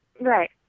Right